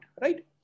right